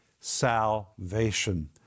salvation